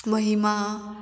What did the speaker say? महिमा